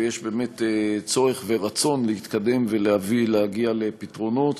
ויש באמת צורך ורצון להתקדם ולהגיע לפתרונות.